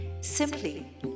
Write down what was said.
Simply